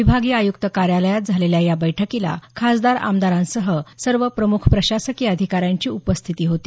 विभागीय आयुक्त कार्यालयात झालेल्या या बैठकीला खासदार आमदारांसह सर्व प्रमुख प्रशासकीय अधिकाऱ्यांची उपस्थिती होती